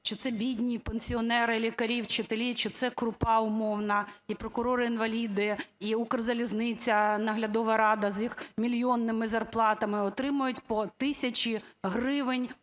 чи це бідні пенсіонери, лікарі, вчителі, чи це Крупа умовна і прокурори-інваліди, і Укрзалізниця, наглядова рада з їх мільйонними зарплатами, отримають по тисячі гривень